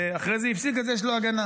ואחרי זה הפסיק, אז יש לו הגנה.